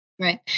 Right